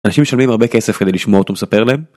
אנשים משלמים הרבה כסף כדי לשמוע אותו מספר להם